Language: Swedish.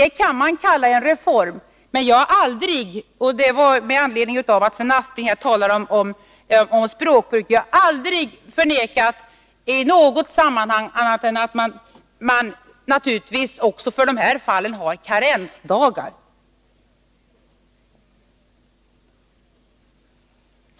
Det kan man kalla en reform, men jag har aldrig — det vill jag framhålla med anledning av att Sven Aspling talade om språkbruk — i något sammanhang förnekat att man också i dessa fall naturligtvis har karensdagar.